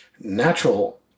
natural